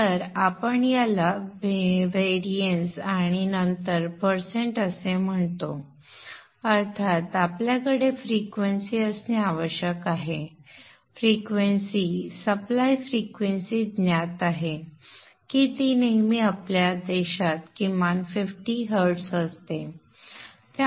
तर आपण याला भिन्नता आणि नंतर टक्के असे म्हणतो अर्थात आपल्याकडे फ्रिक्वेन्सी असणे आवश्यक आहे फ्रिक्वेन्सी पुरवठा फ्रिक्वेन्सी ज्ञात आहे की ती नेहमी आपल्या देशात किमान 50 हर्ट्ज असते